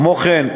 כמו כן,